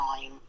time